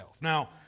Now